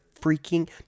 freaking